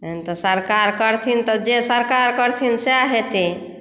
सरकार करथिन तऽ जे सरकार करथिन सएह हेतै